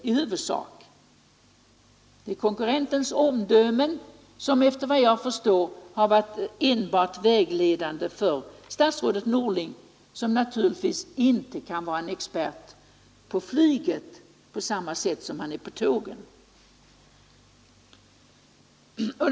Det är enbart konkurrentens omdöme som enligt vad jag förstår har varit vägledande för statsrådet Norling — vilken naturligtvis inte kan vara någon expert på flyg på samma sätt som han är expert på tåg.